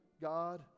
God